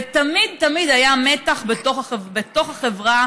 תמיד תמיד היה מתח בתוך החברה,